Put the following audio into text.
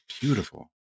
beautiful